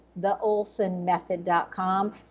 theolsonmethod.com